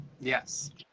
Yes